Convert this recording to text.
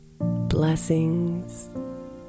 Blessings